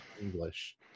english